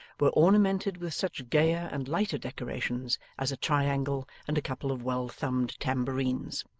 were ornamented with such gayer and lighter decorations as a triangle and a couple of well-thumbed tambourines.